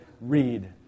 read